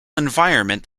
environment